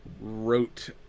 wrote